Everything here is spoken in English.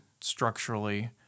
structurally